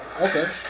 Okay